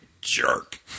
jerk